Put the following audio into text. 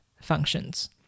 functions